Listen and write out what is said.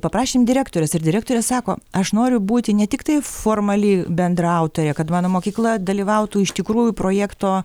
paprašėm direktorės ir direktorė sako aš noriu būti ne tiktai formali bendraautorė kad mano mokykla dalyvautų iš tikrųjų projekto